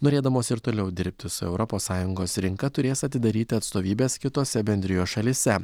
norėdamos ir toliau dirbti su europos sąjungos rinka turės atidaryti atstovybes kitose bendrijos šalyse